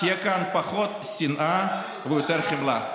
תהיה כאן פחות שנאה ויותר חמלה.